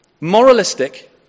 moralistic